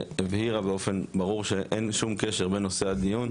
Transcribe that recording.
והבהירה באופן ברור שאין שום קשר בנושא הדיון.